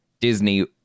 disney